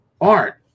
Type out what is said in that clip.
art